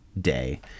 day